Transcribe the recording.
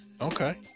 okay